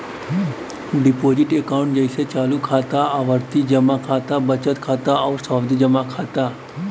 deposit account जइसे चालू खाता, आवर्ती जमा खाता, बचत खाता आउर सावधि जमा खाता